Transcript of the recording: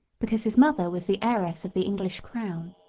because his mother was the heiress of the english crown.